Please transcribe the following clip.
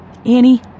Annie